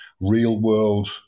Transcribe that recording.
real-world